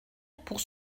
pour